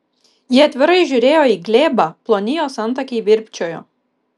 ji atvirai žiūrėjo į glėbą ploni jos antakiai virpčiojo